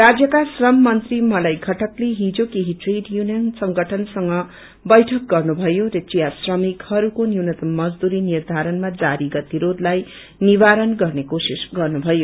राज्यका श्रम मन्त्री मलय घटकले हिजो केहि ट्रेड यूनियन संगठनसँग बैठक गर्नुभयो र चिया श्रमिकहरूको न्यूनतम मजदूरी निर्धारणमा जारी गतिरोधलाई निवारण गर्ने कोशिश गर्नुभयो